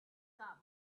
cab